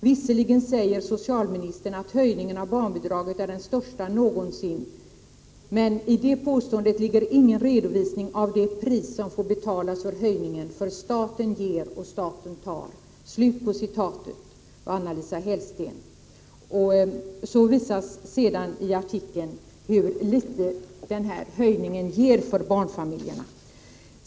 Visserligen säger socialministern att höjningen av barnbidragen är den största någonsin ——— men i det påståendet ligger ingen redovisning av det pris som får betalas för höjningen. För staten ger och staten tar.” Sedan redogörs i artikeln för hur litet den här höjningen ger barnfamiljerna.